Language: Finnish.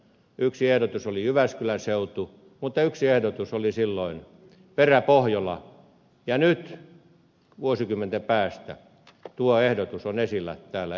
yksi ehdotus oli jyväskylän seutu mutta yksi ehdotus oli silloin peräpohjola ja nyt vuosikymmenten päästä tuo ehdotus on esillä täällä eduskunnassa